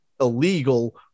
illegal